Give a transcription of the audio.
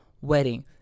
wedding